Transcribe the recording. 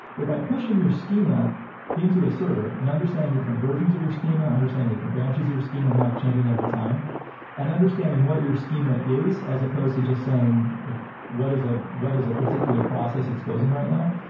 but by pushing your schema into a server and understanding the different versions of your schema, understanding the different branches of your schema and how it's changing over time and understanding what your schema is as supposed to just saying like what is ah what is a particular process exposing right now?